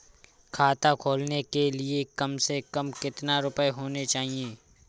खाता खोलने के लिए कम से कम कितना रूपए होने चाहिए?